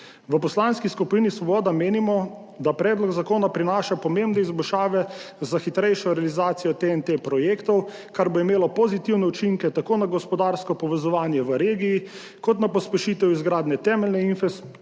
V Poslanski skupini Svoboda menimo, da predlog zakona prinaša pomembne izboljšave za hitrejšo realizacijo projektov TEN-T, kar bo imelo pozitivne učinke tako na gospodarsko povezovanje v regiji kot na pospešitev izgradnje temeljne